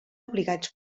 obligats